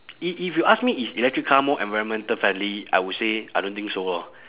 if if you ask me is electric car more environmental friendly I would say I don't think so lor